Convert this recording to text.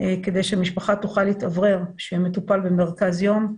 כדי שהמשפחה תוכל להתאוורר כשהמטופל במרכז יום.